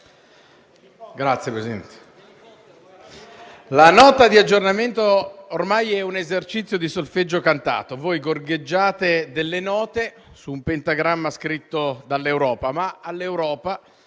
Signor Presidente, la Nota di aggiornamento ormai è un esercizio di solfeggio cantato: voi gorgheggiate delle note su un pentagramma scritto dall'Europa, ma all'Europa